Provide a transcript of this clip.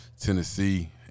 Tennessee